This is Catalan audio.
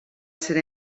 ser